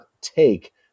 take